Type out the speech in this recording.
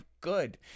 good